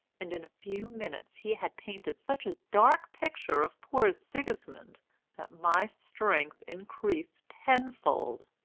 and in a few minutes he had painted such a dark picture of poor sigismund that my strength increased tenfold.